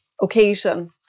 occasion